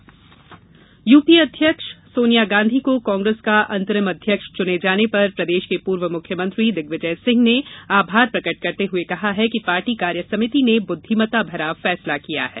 कांग्रेस अध्यक्ष यूपीए अध्यक्ष सोनिया गांधी को कांग्रेस का अंतरिम अध्यक्ष चुने जाने पर प्रदेश के पूर्व मुख्यमंत्री दिग्विजय सिंह ने आभार प्रकट करते हुए कहा है कि पार्टी कार्यसमिति में बुद्धिमता भरा फैसला किया है